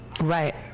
Right